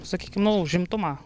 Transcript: sakykim nu užimtumą